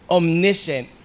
omniscient